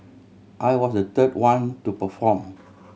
I was the third one to perform